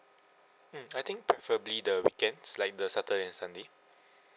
mm I think preferably the weekends like the saturday and sunday